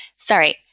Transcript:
sorry